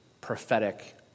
prophetic